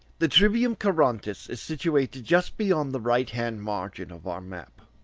the trivium charontis is situated just beyond the right-hand margin of our map.